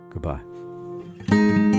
goodbye